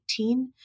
2018